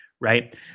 right